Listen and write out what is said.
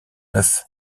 neuf